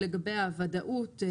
איזושהי ודאות.